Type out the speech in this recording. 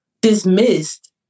dismissed